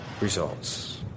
results